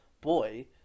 boy